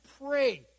pray